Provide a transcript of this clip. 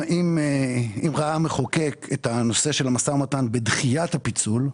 אם ראה המחוקק את הנושא של המשא ומתן בדחיית הפיצול,